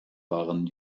waren